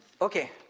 Okay